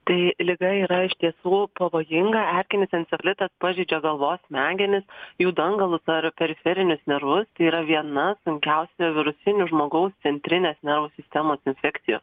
tai liga yra iš tiesų pavojinga erkinis encefalitas pažeidžia galvos smegenis jų dangalus ar periferinius nervus tai yra viena sunkiausių virusinių žmogaus centrinės nervų sistemos infekcijų